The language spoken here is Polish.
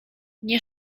nie